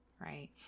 right